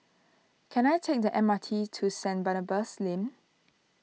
can I take the M R T to Saint Barnabas Lane